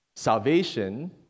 Salvation